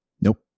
Nope